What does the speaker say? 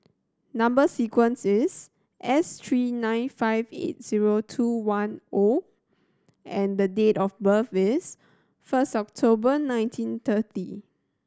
number sequence is S three nine five eight zero two one O and the date of birth is first October nineteen thirty